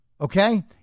Okay